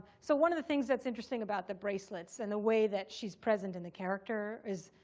so one of the things that's interesting about the bracelets and the way that she's present in the character is